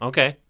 Okay